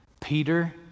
Peter